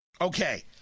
Okay